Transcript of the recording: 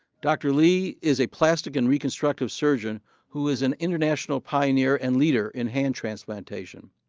dr. lee is a plastic and reconstructive surgeon who is an international pioneer and leader in hand transplantation.